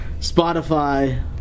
Spotify